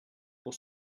pour